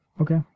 Okay